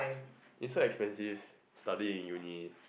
is so expensive studying in uni